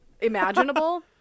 imaginable